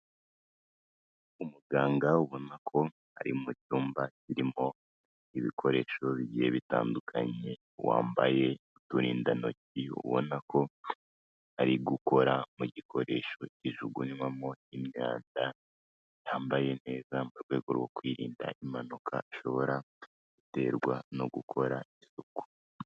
Umuganga ubona ko ari mu cyumba, kirimo ibikoresho bigiye bitandukanye, wambaye uturindantoki, ubona ko ari gukora mu gikoresho kijugunywamo imyanda, yambaye neza mu rwego rwo kwirinda impanuka, ishobora guterwa no gukora isuku.